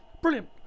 brilliant